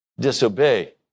disobey